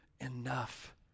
enough